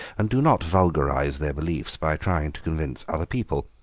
and do not vulgarise their beliefs by trying to convince other people.